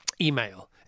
email